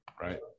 right